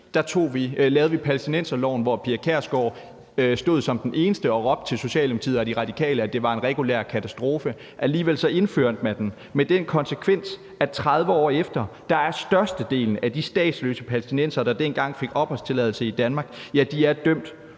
tilbage i 1992 palæstinenserloven, hvor Pia Kjærsgaard stod som den eneste og råbte til Socialdemokratiet og De Radikale, at det var en regulær katastrofe. Alligevel indførte man den med den konsekvens, at 30 år efter er størstedelen af de statsløse palæstinensere, der dengang fik opholdstilladelse i Danmark, dømt